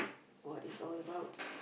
what it's all about